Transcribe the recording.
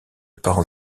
parents